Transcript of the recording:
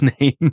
name